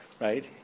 right